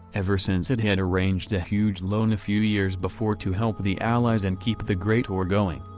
ever since it had arranged a huge loan a few years before to help the allies and keep the great war going.